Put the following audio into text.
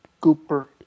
Cooper